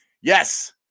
Yes